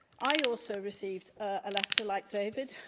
i also received a letter, like david,